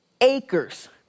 acres